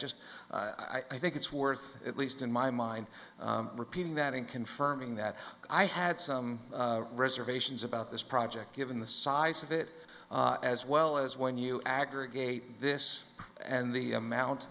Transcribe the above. just i think it's worth at least in my mind repeating that in confirming that i had some reservations about this project given the size of it as well as when you aggregate this and the amount